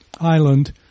Island